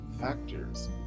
factors